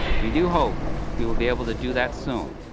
we do hope we will be able to do that soon,